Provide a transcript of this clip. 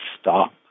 stop